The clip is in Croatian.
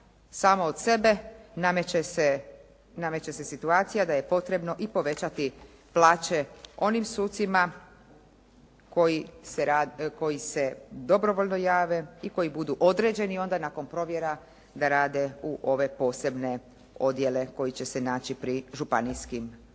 samo od sebe nameće se situacija da je potrebno i povećati plaće onim sucima koji se dobrovoljno jave i koji budu određeni onda nakon provjera da rade u ove posebne odjele koji će se naći pri županijskim sudovima.